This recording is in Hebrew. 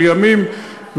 של ימים,